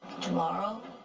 Tomorrow